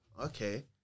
okay